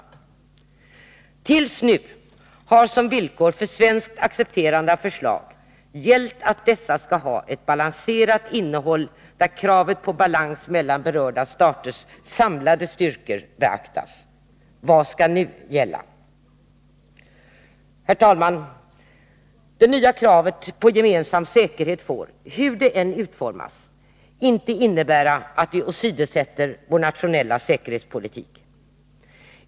Fram till nu har som villkor för vårt accepterande av förslag gällt att dessa skall ha ett balanserat innehåll, där kravet på balans mellan berörda staters samlade styrkor beaktas. Vad skall nu gälla? Herr talman! Det nya kravet på gemensam säkerhet får, hur det än utformas, inte innebära att vi åsidosätter vår nationella säkerhetspolitik.